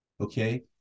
Okay